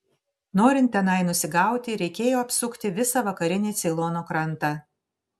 norint tenai nusigauti reikėjo apsukti visą vakarinį ceilono krantą